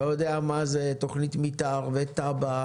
אתה יודע מה זה תוכנית מתאר ותב"ע,